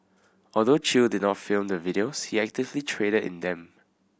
although Chew did not film the videos he actively traded in them